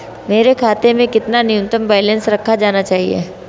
मेरे खाते में कितना न्यूनतम बैलेंस रखा जाना चाहिए?